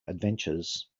adventures